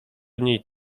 niej